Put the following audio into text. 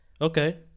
Okay